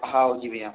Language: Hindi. हाऊ जी भैया